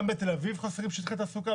גם בתל אביב חסרים שטחי תעסוקה,